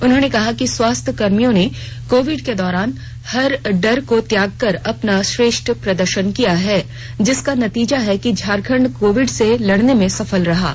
उन्होंने कहा कि स्वास्थ्य कर्मियों ने कोविड के दौरान हर डर को त्याग कर अपना श्रेष्ठ प्रदर्शन किया है जिसका नतीजा है कि झारखंड कोविड से लड़ने में सफल रहा है